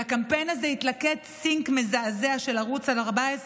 אל הקמפיין הזה התלכד סינק מזעזע של ערוץ 14,